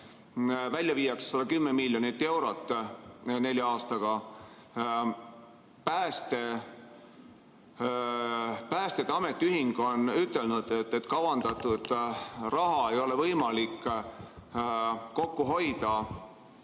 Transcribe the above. välja viiakse 110 miljonit eurot nelja aastaga. Päästjate ametiühing on ütelnud, et kavandatud raha ei ole võimalik kokku hoida